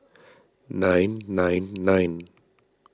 nine nine nine